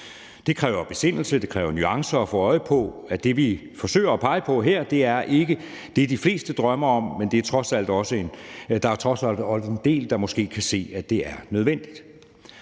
Det kræver besindelse og det kræver nuancer at få øje på, at det, vi forsøger at pege på her, ikke er det, de fleste drømmer om, men der er trods alt også en del, der måske kan se, at det er nødvendigt.